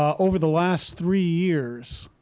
over the last three years,